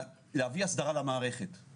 מכיר את הדיון הזה.